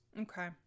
Okay